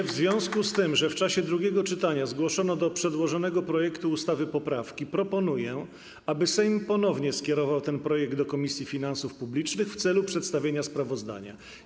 W związku z tym, że w czasie drugiego czytania zgłoszono do przedłożonego projektu ustawy poprawki, proponuję, aby Sejm ponownie skierował ten projekt do Komisji Finansów Publicznych w celu przedstawienia sprawozdania.